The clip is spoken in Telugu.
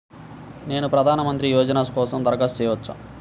నేను ప్రధాన మంత్రి యోజన కోసం దరఖాస్తు చేయవచ్చా?